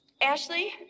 Ashley